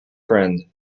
friend